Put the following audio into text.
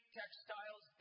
textiles